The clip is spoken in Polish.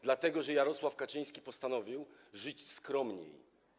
Dlatego że Jarosław Kaczyński postanowił żyć skromniej.